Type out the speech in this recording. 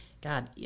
God